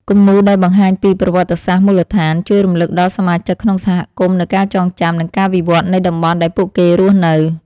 គំនូរដែលបង្ហាញពី ប្រវត្តិសាស្ត្រមូលដ្ឋាន ជួយរំលឹកដល់សមាជិកក្នុងសហគមន៍នូវការចងចាំ និងការវិវត្តនៃតំបន់ដែលពួកគេរស់នៅ។